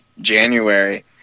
January